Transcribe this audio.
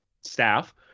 staff